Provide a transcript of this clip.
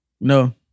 no